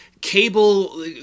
cable